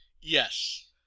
Yes